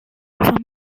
from